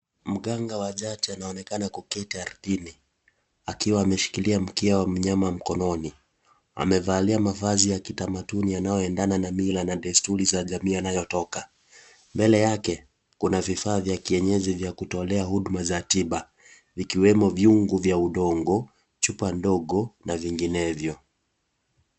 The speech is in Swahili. Mganga wajadi anaonekana kuketi arthini. Akiwa ameshikilia mkia wa mnyama mkononi. Amevalia mavazi ya kitamaduni yanayoendana na mila na desturi za jamii anayotoka. Mbele yake, kuna vifaa vya kienyeji vya kutolea huduma za tiba. Vikiwemo viungu vya udongo, chupa ndogo, na vinginevio.